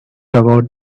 about